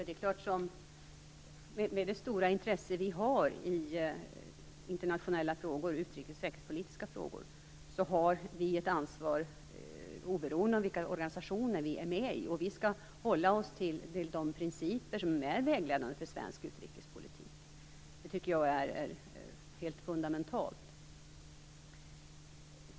Herr talman! Med det stora intresse vi har i internationella frågor och i utrikes och säkerhetspolitiska frågor är det klart att vi har ett ansvar oberoende av vilka organisationer vi är med i. Vi skall hålla oss till de principer som är vägledande för svensk utrikespolitik. Det tycker jag är helt fundamentalt.